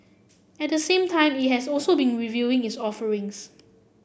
at the same time it has also been reviewing its offerings